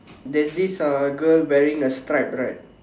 there's this uh girl wearing a stripe right